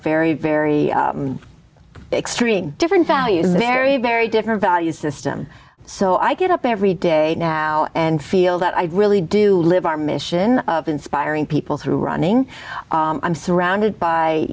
very very extreme different values very very different value system so i get up every day now and feel that i really do live our mission of inspiring people through running i'm surrounded by